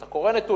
אתה קורא נתונים